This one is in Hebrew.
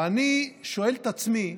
ואני שואל את עצמי: